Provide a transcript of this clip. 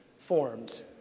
forms